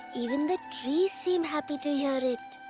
even the trees seem happy to hear it.